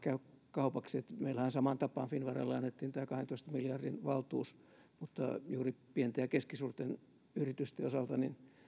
kaupaksi ja meillähän samaan tapaan finnveralle annettiin tämä kahdentoista miljardin valtuus mutta juuri pienten ja keskisuurten yritysten osalta